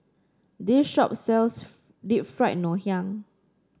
this shop sells Deep Fried Ngoh Hiang